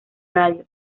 radio